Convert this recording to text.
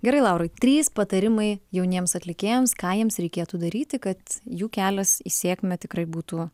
gerai laurai trys patarimai jauniems atlikėjams ką jiems reikėtų daryti kad jų kelias į sėkmę tikrai būtų